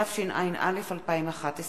התשע"א 2011,